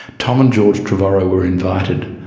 tom and george trevorrow were invited,